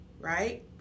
right